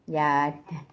ya